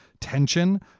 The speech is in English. tension